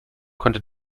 konnte